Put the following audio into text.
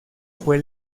fue